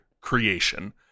creation